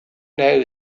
know